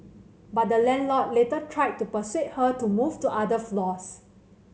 but the landlord later tried to persuade her to move to other floors